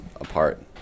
apart